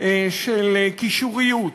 של קישוריות